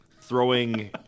Throwing